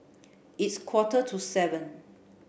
its quarter to seven